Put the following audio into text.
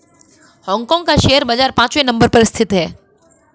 Hong Kong का share बाजार पांचवे नम्बर पर स्थित है